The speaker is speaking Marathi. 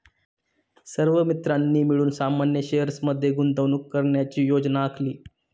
सर्व मित्रांनी मिळून सामान्य शेअर्स मध्ये गुंतवणूक करण्याची योजना आखली